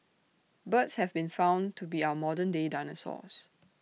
birds have been found to be our modern day dinosaurs